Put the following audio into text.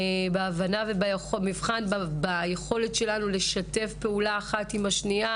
גם בהבנה וביכולת שלנו לשתף פעולה אחת עם השנייה